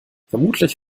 vermutlich